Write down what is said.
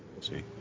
see